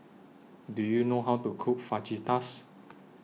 Do YOU know How to Cook Fajitas